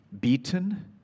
beaten